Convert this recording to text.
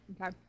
Okay